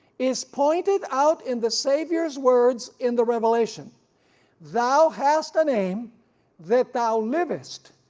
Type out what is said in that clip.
is pointed out in the savior's words in the revelation thou hast a name that thou livest,